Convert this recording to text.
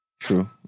True